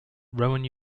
rowan